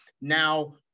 now